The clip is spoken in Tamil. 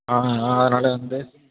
ஆ ஆ அதனால வந்து